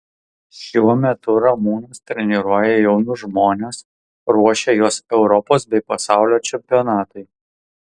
šiuo metu ramūnas treniruoja jaunus žmones ruošia juos europos bei pasaulio čempionatui